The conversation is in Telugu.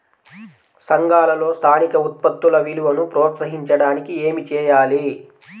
సంఘాలలో స్థానిక ఉత్పత్తుల విలువను ప్రోత్సహించడానికి ఏమి చేయాలి?